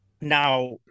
now